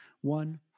One